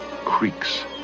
creaks